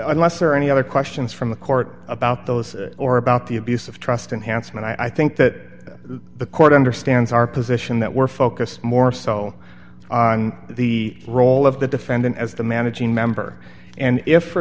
unless there are any other questions from the court about those or about the abuse of trust and handsome and i think that the court understands our position that we're focused more so on the role of the defendant as a managing member and if for